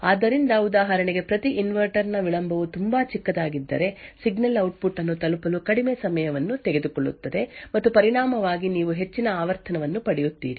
ಆದ್ದರಿಂದ ಉದಾಹರಣೆಗೆ ಪ್ರತಿ ಇನ್ವರ್ಟರ್ ನ ವಿಳಂಬವು ತುಂಬಾ ಚಿಕ್ಕದಾಗಿದ್ದರೆ ಸಿಗ್ನಲ್ ಔಟ್ಪುಟ್ ಅನ್ನು ತಲುಪಲು ಕಡಿಮೆ ಸಮಯವನ್ನು ತೆಗೆದುಕೊಳ್ಳುತ್ತದೆ ಮತ್ತು ಪರಿಣಾಮವಾಗಿ ನೀವು ಹೆಚ್ಚಿನ ಆವರ್ತನವನ್ನು ಪಡೆಯುತ್ತೀರಿ